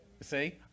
See